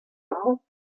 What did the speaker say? amañ